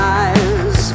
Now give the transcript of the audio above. eyes